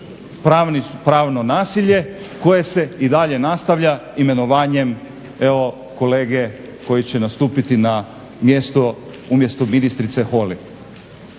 pravno nasilje koje se i dalje nastavlja imenovanjem evo kolege koji će nastupiti na mjesto umjesto ministrice Holy.